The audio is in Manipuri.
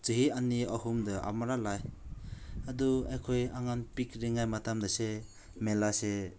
ꯆꯍꯤ ꯑꯅꯤ ꯑꯍꯨꯝꯗ ꯑꯃꯨꯔꯛ ꯂꯥꯛꯑꯦ ꯑꯗꯨ ꯑꯩꯈꯣꯏ ꯑꯉꯥꯡ ꯄꯤꯛꯂꯤꯉꯩ ꯃꯇꯝꯗꯁꯦ ꯃꯦꯂꯥꯁꯦ